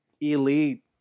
elite